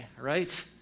Right